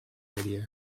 radio